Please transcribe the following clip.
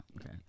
Okay